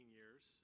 years